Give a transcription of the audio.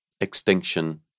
extinction